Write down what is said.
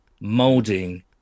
molding